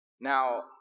Now